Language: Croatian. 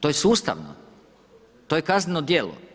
To je sustavno, to je kazneno djelo.